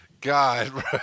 God